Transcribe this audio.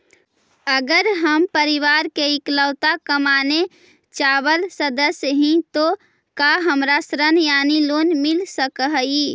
अगर हम परिवार के इकलौता कमाने चावल सदस्य ही तो का हमरा ऋण यानी लोन मिल सक हई?